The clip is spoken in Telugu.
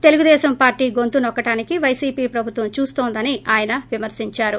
తెలుగుదేశం పార్టీ గొంతు నొక్కడానికి పైసీపీ ప్రభుత్వం చూస్తోందని ఆయన విమర్పించారు